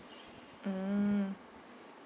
mm